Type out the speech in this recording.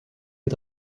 les